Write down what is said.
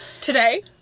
Today